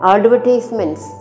Advertisements